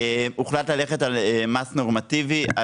הוחלט ללכת על מס נורמטיבי,